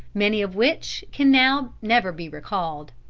many of which can now never be recalled.